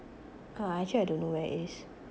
uh actually I don't know where it is